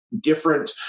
different